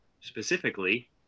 specifically